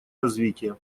развития